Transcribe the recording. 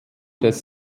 des